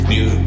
New